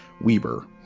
Weber